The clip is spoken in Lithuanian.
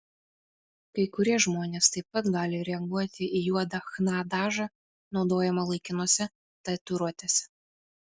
kai kurie žmonės taip pat gali reaguoti į juodą chna dažą naudojamą laikinose tatuiruotėse